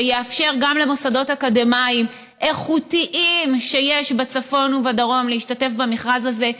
שיאפשר גם למוסדות אקדמיים איכותיים שיש בצפון ובדרום להשתתף במכרז הזה.